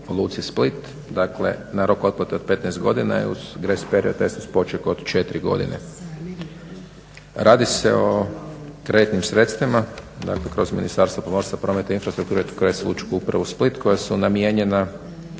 luci Split dakle na rok otplate od 15 godina uz grace period uz poček od 4 godine. Radi se o kreditnim sredstvima dakle kroz Ministarstvo pomorstva, prometa i infrastrukture kroz Lučku upravu Split koja su namijenjena